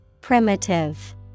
Primitive